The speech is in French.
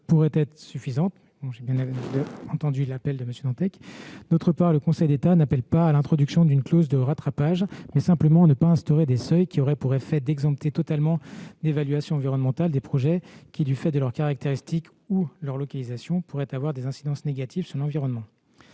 pourrait être suffisante. J'ai bien entendu toutefois l'appel de M. Dantec. D'autre part, le Conseil d'État n'appelle pas à l'introduction d'une clause de rattrapage, mais simplement à ne pas instaurer de seuils qui auraient pour effet d'exempter totalement d'évaluation environnementale des projets qui, du fait de leurs caractéristiques ou de leur localisation, pourraient avoir des incidences négatives sur l'environnement.